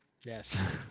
Yes